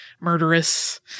murderous